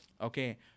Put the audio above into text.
Okay